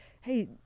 hey